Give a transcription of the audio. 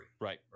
right